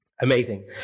Amazing